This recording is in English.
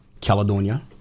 Caledonia